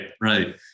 right